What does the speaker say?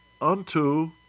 unto